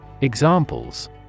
Examples